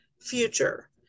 future